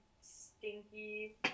stinky